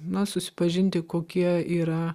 na susipažinti kokie yra